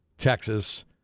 Texas